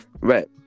Right